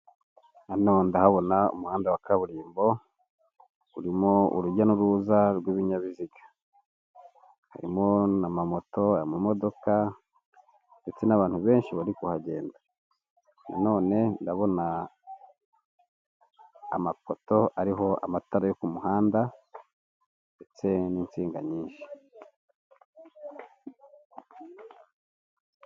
Iyo abayobozi basoje inama bari barimo hari ahantu habugenewe bahurira bakiga ku myanzuro yafashwe ndetse bakanatanga n'umucyo ku bibazo byagiye bigaragazwa ,aho hantu iyo bahageze baraniyakira.